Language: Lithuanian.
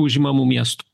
užimamų miestų